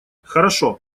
хорошо